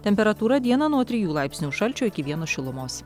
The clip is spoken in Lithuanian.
temperatūra dieną nuo trijų laipsnių šalčio iki vieno šilumos